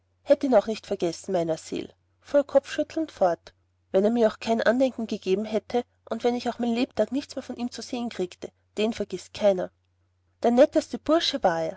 ihn auch nicht vergessen meiner seel fuhr er kopfschüttelnd fort wenn er mir auch kein andenken gegeben hätte und wenn ich auch mein lebtag nichts mehr von ihm zu sehen kriegte den vergißt keiner der netteste bursche war